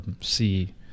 see